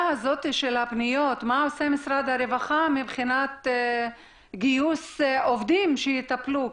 בפניות מבחינת גיוס עובדים שיטפלו בפניות?